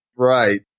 Right